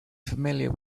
familiar